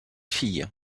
fille